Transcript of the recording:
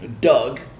Doug